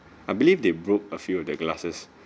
I believe they broke a few of the glasses